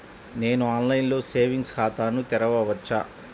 నేను ఆన్లైన్లో సేవింగ్స్ ఖాతాను తెరవవచ్చా?